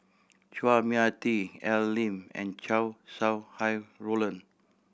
Chua Mia Tee Al Lim and Chow Sau Hai Roland